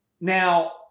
Now